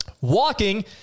Walking